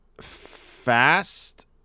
fast